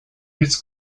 his